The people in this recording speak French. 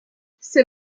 ces